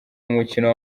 umukino